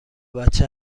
بچه